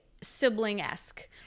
sibling-esque